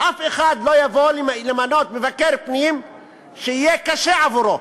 אף אחד לא יבוא למנות מבקר פנים שיהיה קשה עבורו.